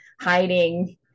hiding